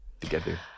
together